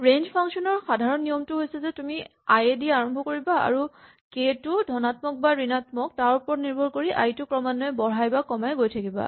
range function ৰ সাধাৰণ নিয়মটো হৈছে যে তুমি আই এদি আৰম্ভ কৰিবা আৰু কে টো ধণাত্মক নে ঋণাত্মক তাৰ ওপৰত নিৰ্ভৰ কৰি আই ক ক্ৰমে বঢ়াই বা কমাই গৈ থাকিবা